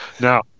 Now